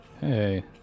Hey